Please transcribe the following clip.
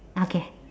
okay